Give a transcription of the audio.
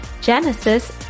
Genesis